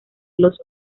los